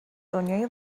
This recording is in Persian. دنیای